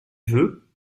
veux